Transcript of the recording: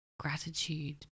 gratitude